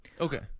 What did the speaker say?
Okay